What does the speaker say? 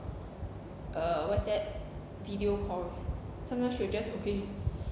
uh what's that video call sometimes she will just okay